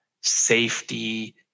safety